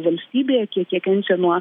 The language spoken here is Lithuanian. valstybėj kiek jie kenčia nuo